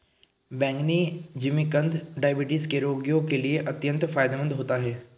बैंगनी जिमीकंद डायबिटीज के रोगियों के लिए अत्यंत फायदेमंद होता है